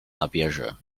nabierze